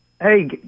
Hey